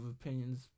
opinions